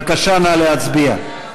בבקשה, נא להצביע.